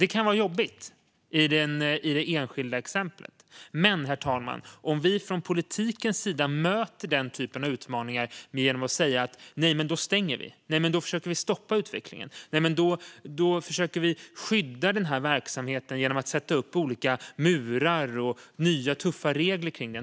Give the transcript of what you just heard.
Det kan vara jobbigt i det enskilda exemplet, herr talman. Jag tror dock att vi skjuter oss själva i foten om vi från politikens sida möter den typen av utmaningar genom att säga: "Då stänger vi! Då försöker vi stoppa utvecklingen. Då försöker vi skydda den här verksamheten genom att sätta upp olika murar och nya, tuffa regler kring den."